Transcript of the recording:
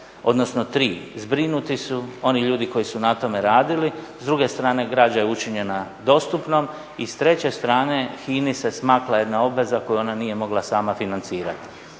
odnosno tri. Zbrinuti su oni ljudi koji su na tome radili. S druge strane, građa je učinjena dostupnom i s treće strane HINA-i se smakla jedna obveza koju ona nije mogla sama financirati.